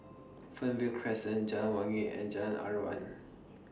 Fernvale Crescent Jalan Wangi and Jalan Aruan